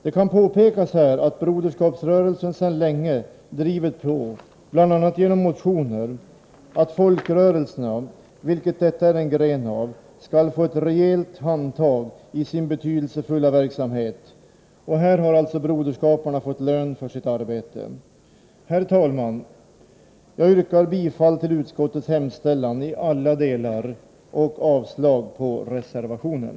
Det kan påpekas att Broderskapsrörelsen sedan länge drivit kravet, bl.a. genom motioner, att folkrörelserna, av vilka trossamfunden är en gren, skall få ett rejält handtag i sin betydelsefulla verksamhet. Här har broderskaparna fått lön för sitt arbete. Herr talman! Jag yrkar bifall till utskottets hemställan i alla delar och avslag på reservationen.